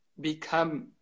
become